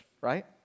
right